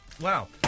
Wow